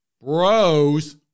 bros